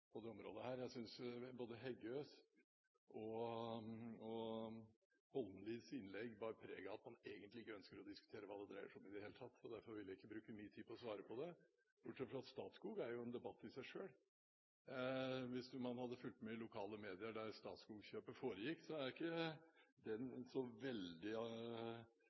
Jeg synes både Heggøs og Holmelids innlegg bar preg av at man egentlig ikke ønsker å diskutere hva det dreier seg om, i det hele tatt. Derfor vil jeg ikke bruke mye tid på å svare på det, bortsett fra at debatten om Statskog jo er en debatt i seg selv. Hvis man har fulgt med i lokale medier der Statskog-kjøpet foregikk, er ikke de så veldig